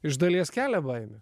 iš dalies kelia baimę